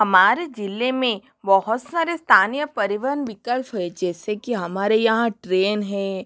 हमारे ज़िले में बहुत सारे स्तानीय परिवहन विकल्प हैं जैसे कि हमारे यहाँ ट्रेन है